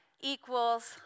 equals